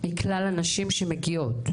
מכלל הנשים שמגיעות.